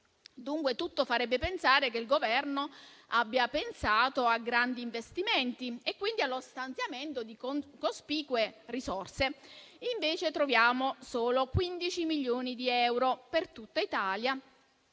tutto farebbe pensare dunque che il Governo abbia pensato a grandi investimenti e, quindi, allo stanziamento di cospicue risorse; invece, troviamo solo 15 milioni di euro per tutta Italia